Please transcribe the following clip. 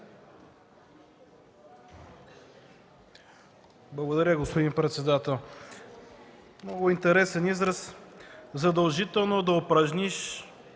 Благодаря, господин председател. Много интересен израз: „задължително да упражниш